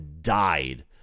died